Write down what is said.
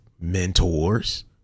mentors